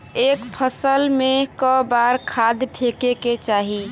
एक फसल में क बार खाद फेके के चाही?